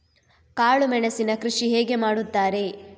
ಕಾಳು ಮೆಣಸಿನ ಕೃಷಿ ಹೇಗೆ ಮಾಡುತ್ತಾರೆ?